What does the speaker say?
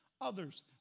Others